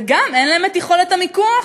וגם אין להם יכולת המיקוח,